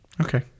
Okay